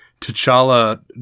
T'Challa